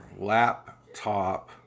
laptop